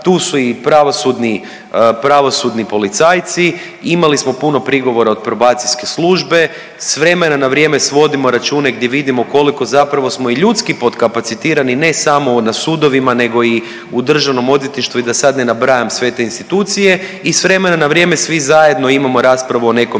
pravosudni, pravosudni policajci. Imali smo puno prigovora od probacijske službe, s vremena na vrijeme svodimo račune gdje vidimo koliko zapravo smo i ljudski potkapacitirani ne samo na sudovima nego i u državnom odvjetništvu i da sad ne nabrajam sve te institucije i s vremena na vrijeme svi zajedno imamo raspravu o nekom